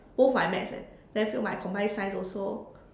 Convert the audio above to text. both my maths eh then fail my combined science also